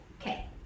Okay